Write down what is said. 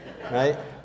right